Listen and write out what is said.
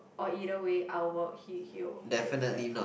or either way I work he he'll he'll